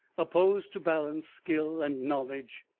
opposed to balance, skill, and knowledge.